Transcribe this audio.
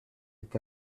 est